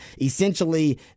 essentially